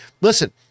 listen